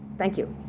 thank you.